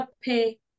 pay